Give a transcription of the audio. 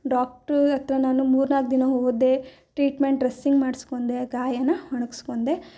doctor ಹತ್ರ ನಾನು ಮೂರ್ನಾಲ್ಕು ದಿನ ಹೋದೆ ಟ್ರೀಟ್ಮೆಂಟ್ ಡ್ರಸ್ಸಿಂಗ್ ಮಾಡ್ಸ್ಕೊಂಡೆ ಗಾಯನ ಒಣಗ್ಸ್ಕೊಂಡೆ